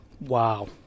wow